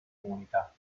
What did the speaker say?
comunità